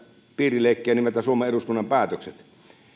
piirileikkiä nimeltä suomen eduskunnan päätökset